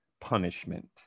punishment